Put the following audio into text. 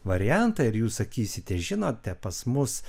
variantą ir jūs sakysite žinote pas mus